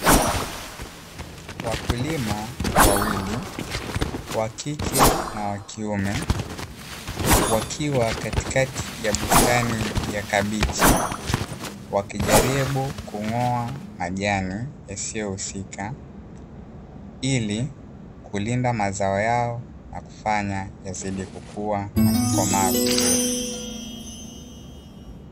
Wakulima wawili wa kike na wa kiume, wakiwa katikati ya bustani ya kabichi wakijaribu kung'oa majani yasiiyohusika, ili kulinda mazao yao na kufanya yazidi kukua na kukomaa vizuri.